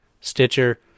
Stitcher